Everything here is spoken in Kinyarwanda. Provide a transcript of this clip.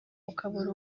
ukabura